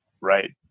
right